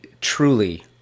truly